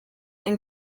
and